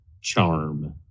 charm